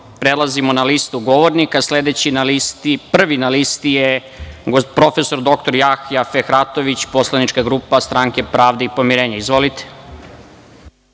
prelazimo na listu govornika. Prvi na listi je prof. dr Jahja Fehratović, poslanička grupa Stranke pravde i pomirenja. Izvolite.